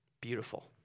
beautiful